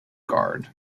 garde